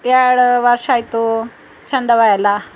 ಎರಡು ವರ್ಷಾಯಿತು ಛಂದವ ಎಲ್ಲ